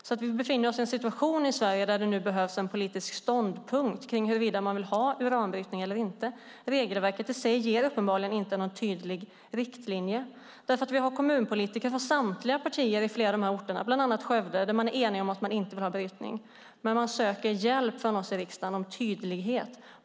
I Sverige befinner vi oss alltså nu i en situation där det behövs en politisk ståndpunkt kring huruvida man vill ha uranbrytning eller inte. Regelverket i sig ger uppenbarligen inte någon tydlig riktlinje. Vi har kommunpolitiker från samtliga partier på flera av de här orterna, bland annat i Skövde, där man är enig om att inte vilja ha brytning. Man söker hjälp från oss i riksdagen och ber om tydlighet.